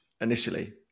initially